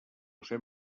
josé